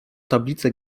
tablice